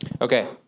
Okay